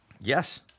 Yes